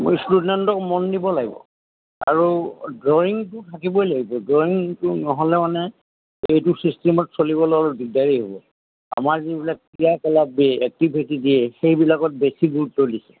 মোৰ ষ্টুডেণ্টক মন দিব লাগিব আৰু ড্ৰয়িঙটো থাকিবই লাগিব ড্ৰয়িঙটো নহ'লে মানে এইটো ছিষ্টেমত চলিবলৈ অলপ দিগদাৰি হ'ব আমাৰ যিবিলাক ক্ৰিয়া কলাপ এই এক্টিভিটি দিয়ে সেইবিলাকত বেছি গুৰুত্ব দিছে